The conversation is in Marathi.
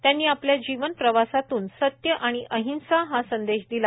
त्यांनी आपल्या जीवन प्रवासातून सत्य व अहिंसा हा संदेश दिला